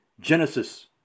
Genesis